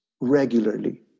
regularly